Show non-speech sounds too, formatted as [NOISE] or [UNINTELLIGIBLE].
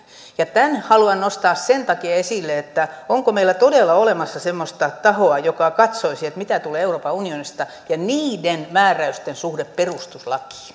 sen takia haluan nostaa tämän esille onko meillä todella olemassa semmoista tahoa joka katsoisi mitä tulee euroopan unionista ja niiden määräysten suhdetta perustuslakiin [UNINTELLIGIBLE]